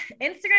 Instagram